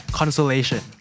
consolation